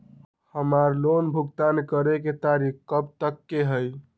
हमार लोन भुगतान करे के तारीख कब तक के हई?